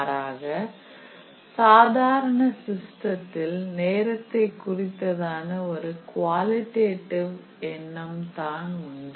மாறாக சாதாரண சிஸ்டத்தில் நேரத்தை குறித்ததான ஒரு குவாலிடேட்டிவ் எண்ணம் தானுண்டு